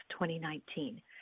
2019